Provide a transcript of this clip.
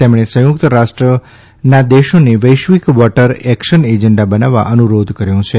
તેમણે સંયુક્ત રાષ્ટ્રનાદેશોને વૈશ્વિક વોટર એક્શન એજન્ડા બનાવવા અનુરોધ કર્યો છે